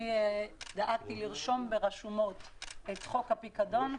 אני דאגתי לרשום ברשומות את חוק הפיקדון,